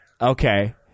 Okay